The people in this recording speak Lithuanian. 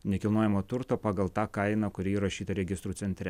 nekilnojamąjį turtą pagal tą kainą kuri įrašyta registrų centre